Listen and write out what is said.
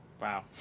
Wow